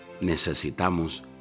Necesitamos